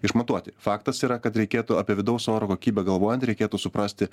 išmatuoti faktas yra kad reikėtų apie vidaus oro kokybę galvojant reikėtų suprasti